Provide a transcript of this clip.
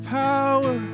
power